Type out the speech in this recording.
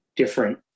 different